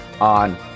on